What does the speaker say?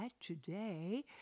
today